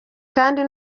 kandi